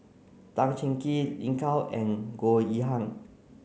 Tan Cheng Kee Lin Gao and Goh Yihan